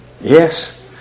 yes